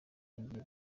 rigiye